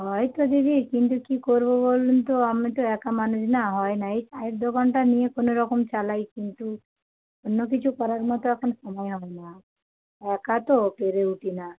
হয় তো দিদি কিন্তু কী করবো বলুন তো আমি তো একা মানুষ না হয় না এই চায়ের দোকানটা নিয়ে কোনো রকম চালাই কিন্তু অন্য কিছু করার মতো এখন সময় হবে না একা তো পেরে উঠি না